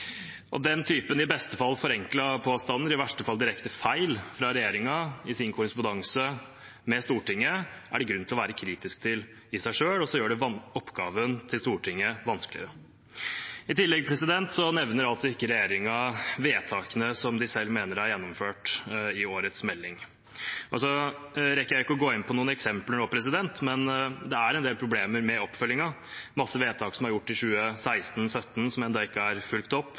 Den typen i beste fall forenklede påstander, i verste fall direkte feil fra regjeringen, i deres korrespondanse med Stortinget er det grunn til å være kritisk til i seg selv, og så gjør det oppgaven til Stortinget vanskeligere. I tillegg nevner ikke regjeringen vedtakene som de selv mener er gjennomført, i årets melding. Jeg rekker ikke å gå inn på noen eksempler nå, men det er en del problemer med oppfølgingen – mange vedtak som er gjort i 2016 og 2017 som ennå ikke er fulgt opp,